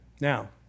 Now